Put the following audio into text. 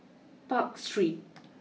Park Street